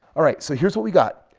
alright, so here's what we got.